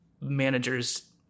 managers